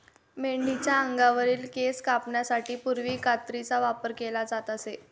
मेंढीच्या अंगावरील केस कापण्यासाठी पूर्वी कात्रीचा वापर केला जात असे